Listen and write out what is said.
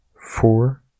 Four